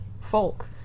folk